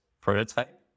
prototype